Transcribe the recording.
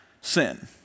sin